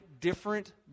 different